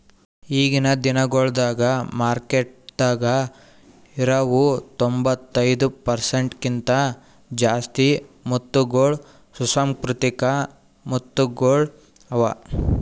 ಈಗಿನ್ ದಿನಗೊಳ್ದಾಗ್ ಮಾರ್ಕೆಟದಾಗ್ ಇರವು ತೊಂಬತ್ತೈದು ಪರ್ಸೆಂಟ್ ಕಿಂತ ಜಾಸ್ತಿ ಮುತ್ತಗೊಳ್ ಸುಸಂಸ್ಕೃತಿಕ ಮುತ್ತಗೊಳ್ ಅವಾ